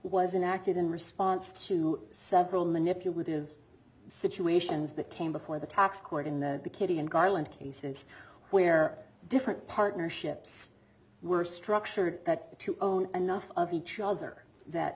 an acted in response to several manipulative situations that came before the tax court in the kitty and garland cases where different partnerships were structured that to own enough of each other that